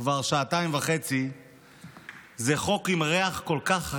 כבר שעתיים וחצי זה חוק עם ריח כל כך רע,